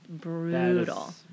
brutal